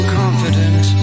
confident